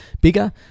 bigger